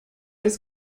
his